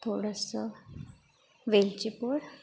थोडंसं वेलचीपूड